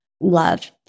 love